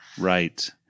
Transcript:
Right